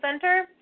Center